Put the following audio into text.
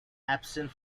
absent